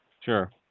Sure